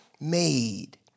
made